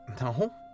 No